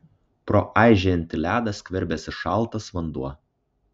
pro aižėjantį ledą skverbėsi šaltas vanduo